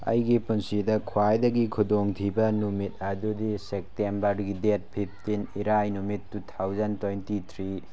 ꯑꯩꯒꯤ ꯄꯨꯟꯁꯤꯗ ꯈ꯭ꯋꯥꯏꯗꯒꯤ ꯈꯨꯗꯣꯡ ꯊꯤꯕ ꯅꯨꯃꯤꯠ ꯑꯗꯨꯗꯤ ꯁꯦꯞꯇꯦꯝꯕꯔꯒꯤ ꯗꯦꯠ ꯐꯤꯞꯇꯤꯟ ꯏꯔꯥꯏ ꯅꯨꯃꯤꯠ ꯇꯨ ꯊꯥꯎꯖꯟ ꯇ꯭ꯋꯦꯟꯇꯤ ꯊ꯭ꯔꯤ